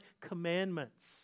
commandments